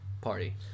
party